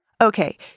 Okay